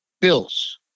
Bills